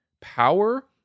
power